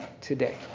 today